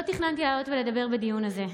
לא תכננתי לעלות ולדבר בדיון הזה,